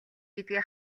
гэдгээ